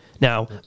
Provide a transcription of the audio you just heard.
Now